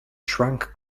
shrank